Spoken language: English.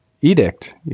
edict